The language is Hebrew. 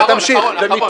תמשיך.